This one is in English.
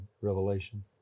revelation